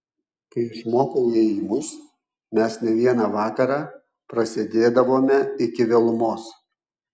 kai išmokau ėjimus mes ne vieną vakarą prasėdėdavome iki vėlumos